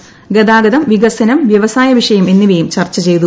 ഗത്മഗ്ഗരും വികസനം വ്യവസായ വിഷയം എന്നിവയും ചർച്ച ചെയ്തു